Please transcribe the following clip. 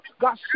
God